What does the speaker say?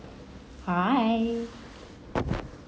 hi